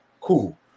Cool